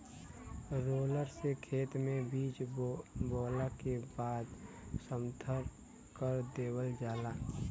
roller से खेत में बीज बोवला के बाद समथर कर देवल जाला